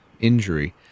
injury